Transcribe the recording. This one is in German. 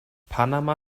panama